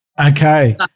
Okay